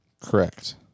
Correct